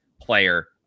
player